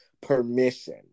permission